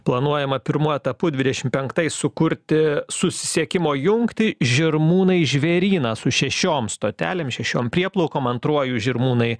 planuojama pirmuoju etapu dvidešimt penktais sukurti susisiekimo jungtį žirmūnai žvėrynas su šešioms stotelėms šešiom prieplaukom antruoju žirmūnai